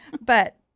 But-